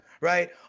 right